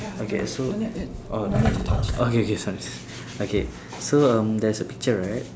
okay so orh okay K sorry okay so um there's a picture right